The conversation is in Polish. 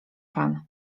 pan